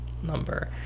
number